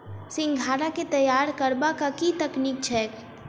सिंघाड़ा केँ तैयार करबाक की तकनीक छैक?